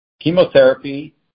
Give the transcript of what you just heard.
Chemotherapy